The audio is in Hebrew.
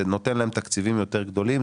זה נותן להן תקציבים יותר גדולים.